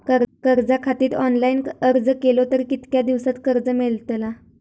कर्जा खातीत ऑनलाईन अर्ज केलो तर कितक्या दिवसात कर्ज मेलतला?